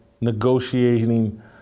negotiating